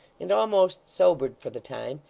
and almost sobered for the time,